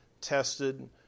tested